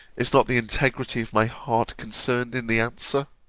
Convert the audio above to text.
is not the integrity of my heart, concerned in the answer?